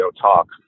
talk